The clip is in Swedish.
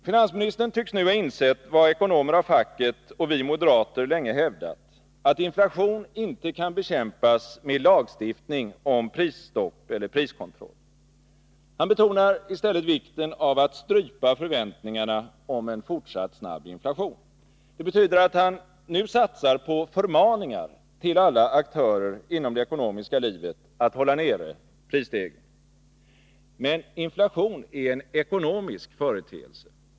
Finansministern tycks nu ha insett vad ekonomer av facket och vi moderater länge hävdat: att inflation inte kan bekämpas med lagstiftning om prisstopp eller priskontroll. Han betonar i stället vikten av att strypa förväntningarna om en fortsatt snabb inflation. Det betyder att han nu satsar på förmaningar till alla aktörer inom det ekonomiska livet att hålla nere prisstegringen. Men inflation är en ekonomisk företeelse.